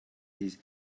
these